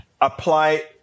apply